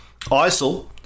ISIL